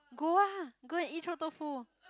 go ah go and eat 臭豆腐